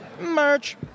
Merch